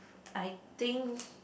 I think